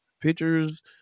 pictures